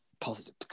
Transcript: positive